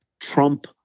Trump